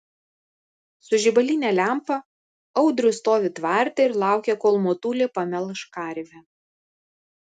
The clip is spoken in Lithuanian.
su žibaline lempa audrius stovi tvarte ir laukia kol motulė pamelš karvę